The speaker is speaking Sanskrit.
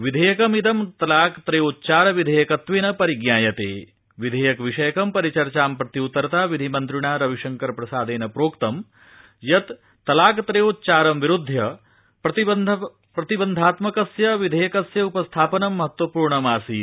विधध्यक्रिमिंद तलकत्रयोच्चर विधाकित्वा परिज्ञायत विधाकि विषयकं परिचर्चा प्रत्युत्तरता विधिमन्त्रिणा रविशंकर प्रसाद्व प्रोक्त यत् तलकत्रयोच्चारं विरुध्य प्रतिबन्धात्मकस्य विध्यक्रिस्य उपस्थापनं महत्वपूर्णमासीत्